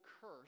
curse